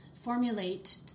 formulate